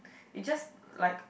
it just like